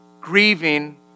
grieving